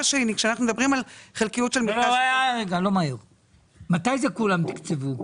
מתי זה כולם תקצבו,